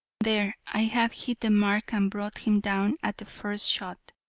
there, i have hit the mark and brought him down at the first shot,